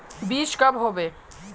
बीज कब होबे?